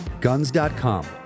Guns.com